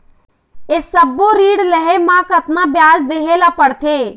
ये सब्बो ऋण लहे मा कतका ब्याज देहें ले पड़ते?